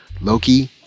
loki